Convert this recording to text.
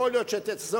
יכול להיות שתחזור,